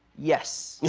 yes. yeah